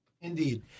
Indeed